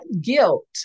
guilt